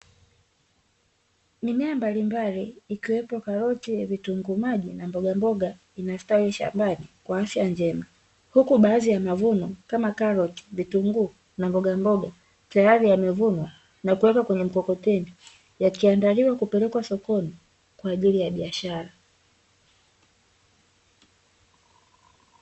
Mimea mbalimbali ikiwepo karoti, vitunguu maji na mbogamboga inayostawi shambani kwa afya njema, huku baadhi ya mavuno kama karoti, vitunguu na mbogamboga tayari yamevunwa na kuwekwa kwenye mkokoteni yakiandaliwa kupelekwa sokoni kwa ajili ya biashara.